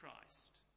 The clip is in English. Christ